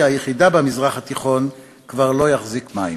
היחידה במזרח התיכון כבר לא יחזיק מים.